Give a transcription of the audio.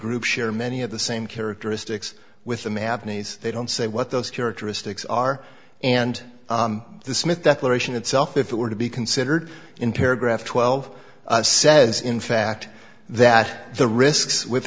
group share many of the same characteristics with the magnes they don't say what those characteristics are and the smith declaration itself if it were to be considered in paragraph twelve says in fact that the risks with